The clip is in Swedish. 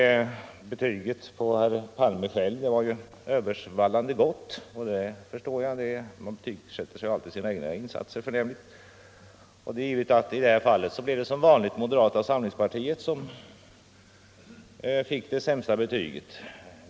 Betyget på herr Palme själv var översvallande, och det förstår jag. Man betygsätter alltid sina egna insatser som förnämliga. Och det är givet att det i det här fallet som vanligt blev moderata samlingspartiet som fick det sämsta betyget.